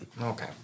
Okay